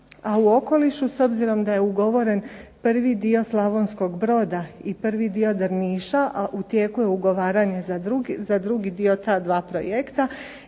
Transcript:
u okolišu s obzirom da je ugovoren prvi dio Slavonskog Broda i prvi dio Drniša, a u tijeku je ugovaranje za drugi dio ta dva projekta,